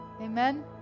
Amen